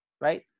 right